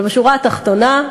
בשורה התחתונה,